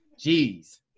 Jeez